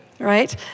Right